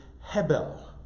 hebel